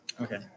okay